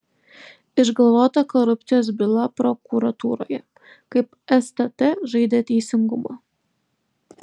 išgalvota korupcijos byla prokuratūroje kaip stt žaidė teisingumą